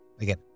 Again